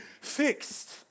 fixed